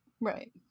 right